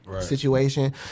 situation